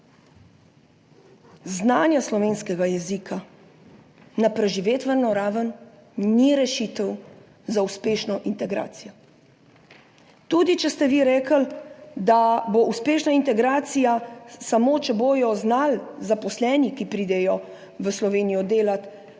znanja slovenskega jezika na preživetveno raven ni rešitev za uspešno integracijo. Tudi, če ste vi rekli, da bo uspešna integracija samo, če bodo znali zaposleni, ki pridejo v Slovenijo delat,